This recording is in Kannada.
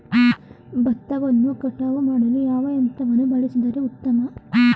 ಭತ್ತವನ್ನು ಕಟಾವು ಮಾಡಲು ಯಾವ ಯಂತ್ರವನ್ನು ಬಳಸಿದರೆ ಉತ್ತಮ?